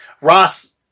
Ross